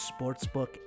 sportsbook